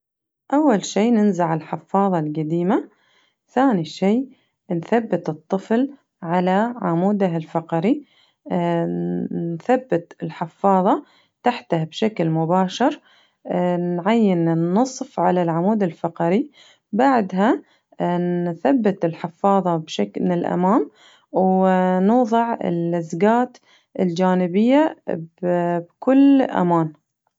أول شي ننزع الحفاضة القديمة ثاني شي نثبت الطفل على عاموده الفقري نثبت الحفاضة تحته بشكل مباشر نعين النصف على العمود الفقري بعدها نثبت الحفاضة بشك من الأمام و نوضع اللزقات الجانبية ب بكل أمان.